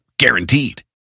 Guaranteed